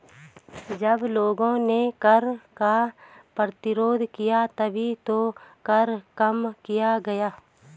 जब लोगों ने कर का प्रतिरोध किया तभी तो कर कम किया गया